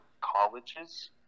colleges